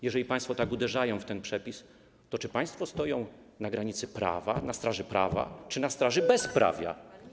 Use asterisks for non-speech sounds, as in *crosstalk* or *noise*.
Jeżeli państwo tak uderzają w ten przepis, to czy państwo stoją na granicy prawa, na straży prawa czy na straży *noise* bezprawia?